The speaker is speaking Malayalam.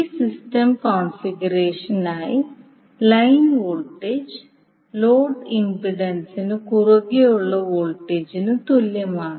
ഈ സിസ്റ്റം കോൺഫിഗറേഷനായി ലൈൻ വോൾട്ടേജ് ലോഡ് ഇംപെഡൻസിനു കുറുകെ ഉളള വോൾട്ടേജിന് തുല്യമാണ്